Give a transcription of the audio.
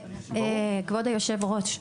כבוד היושב-ראש,